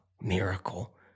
miracle